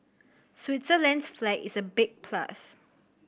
Switzerland's flag is a big plus